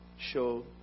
show